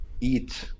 eat